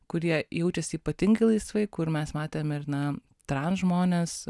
kurie jaučiasi ypatingi laisvai kur mes matėm ir na trans žmones